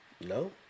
No